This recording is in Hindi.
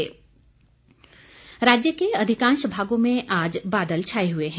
मौसम राज्य के अधिकांश भागों में आज बादल छाए हुए हैं